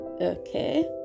okay